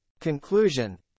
Conclusion